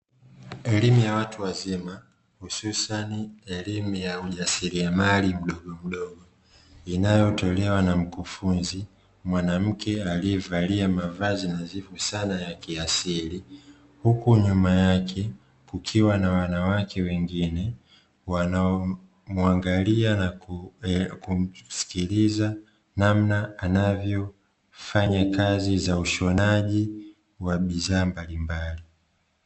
Elimu ya watu wazima hususani elimu ya ujasiriamali mdogo mdogo inayotolewa na mkufunzi mwanamke aliyevalia mavazi nadhifu sana ya kiasili, huku nyuma yake kukiwa na wanawake wengine wanaomuangalia na kumsikiliza namna anavyofanya kazi za ushonaji wa bidhaa mbalimbali.